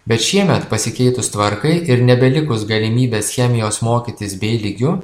bet šiemet pasikeitus tvarkai ir nebelikus galimybės chemijos mokytis b lygiu